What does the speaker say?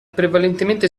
prevalentemente